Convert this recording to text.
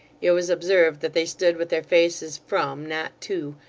it was observed that they stood with their faces from, not to,